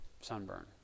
sunburn